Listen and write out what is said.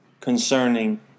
concerning